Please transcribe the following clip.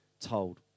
told